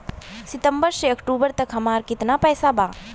सितंबर से अक्टूबर तक हमार कितना पैसा बा?